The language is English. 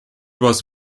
was